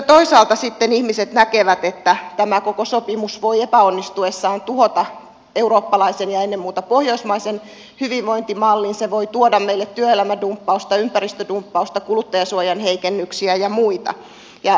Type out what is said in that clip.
toisaalta sitten ihmiset näkevät että tämä koko sopimus voi epäonnistuessaan tuhota eurooppalaisen ja ennen muuta pohjoismaisen hyvinvointimallin ja se voi tuoda meille työelämädumppausta ympäristödumppausta kuluttajansuojan heikennyksiä ja muita